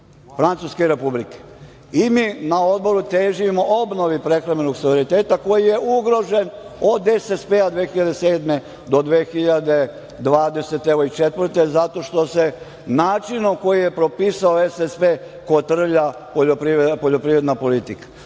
Francuske Republike. I mi na Odboru težimo obnovi prehrambenog suvereniteta koji je ugrožen od SSP-a 2007. godine do 2024. godine zato što se načinom koji je propisao SSP kotrlja poljoprivredna politika.